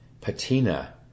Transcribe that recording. Patina